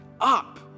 up